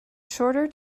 shorter